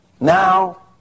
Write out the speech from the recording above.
Now